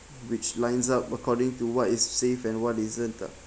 which lines up according to what is safe and what isn't uh